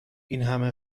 اینهمه